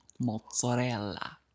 mozzarella